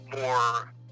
more